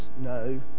no